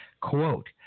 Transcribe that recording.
Quote